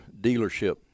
dealership